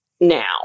now